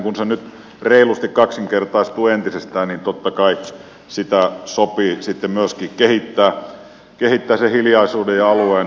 kun se nyt reilusti kaksinkertaistuu entisestään niin totta kai sopii sitten myöskin kehittää sen hiljaisuuden ja alueen luonnontilaisuuden vetovoimaa